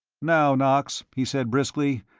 now, knox, he said, briskly,